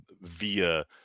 via